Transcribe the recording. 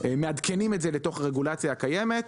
ואנחנו מעדכנים את זה לתוך הרגולציה הקיימת.